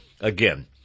again